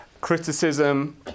criticism